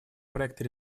проекта